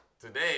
today